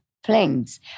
flings